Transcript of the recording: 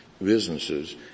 Businesses